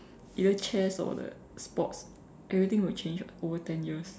either chess or the sports everything will change [what] over ten years